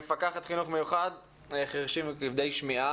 מפקחת חינוך מיוחד חירשים וכבדי שמיעה,